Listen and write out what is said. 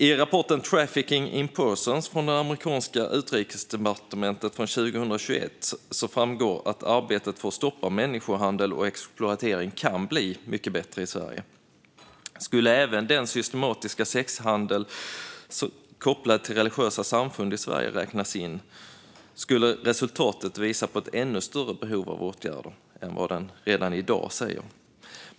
I rapporten Trafficking in Persons Report från det amerikanska utrikesdepartementet 2021 framgår att arbetet för att stoppa människohandel och exploatering kan bli mycket bättre i Sverige. Om även den systematiska sexhandeln kopplad till religiösa samfund i Sverige skulle räknas in skulle resultatet visa på ännu större behov av åtgärder än det redan i dag gör.